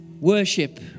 Worship